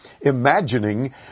imagining